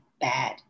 bad